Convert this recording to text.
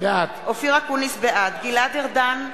בעד גלעד ארדן,